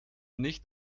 nicht